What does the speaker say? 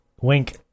wink